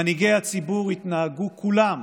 מנהיגי הציבור התנהגו כולם